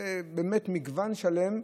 זה באמת מגוון שלם.